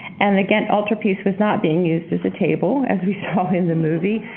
and the ghent alterpiece was not being used as a table as we saw in the movie.